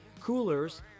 coolers